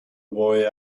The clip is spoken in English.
boy